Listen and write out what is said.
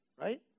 right